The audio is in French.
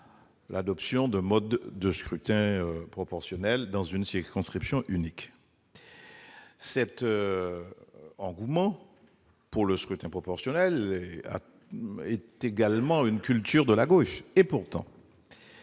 l'adoption d'un mode de scrutin proportionnel dans une circonscription unique, l'engouement pour le scrutin proportionnel rejoignant d'ailleurs la culture de la gauche. Pourtant,